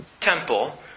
temple